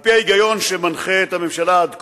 על-פי ההיגיון שמנחה את הממשלה עד כה,